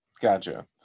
Gotcha